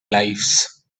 lives